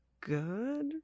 good